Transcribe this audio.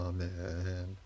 Amen